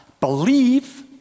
Believe